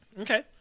Okay